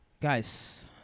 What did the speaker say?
Guys